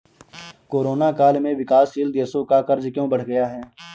Corona काल में विकासशील देशों का कर्ज क्यों बढ़ गया है?